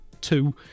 two